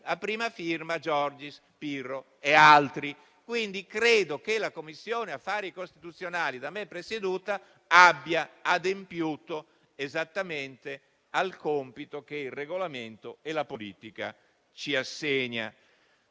senatori Giorgis, Pirro e altri. Credo, quindi, che la Commissione affari costituzionali da me presieduta abbia adempiuto esattamente al compito che il Regolamento e la politica le assegnano.